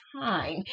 time